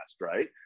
right